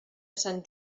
sant